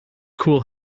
cool